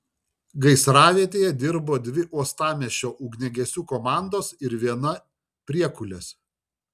gaisravietėje dirbo dvi uostamiesčio ugniagesių komandos ir viena priekulės